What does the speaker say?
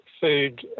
food